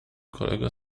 kolega